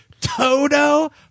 Toto